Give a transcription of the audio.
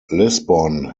lisbon